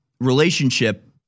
relationship